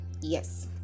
yes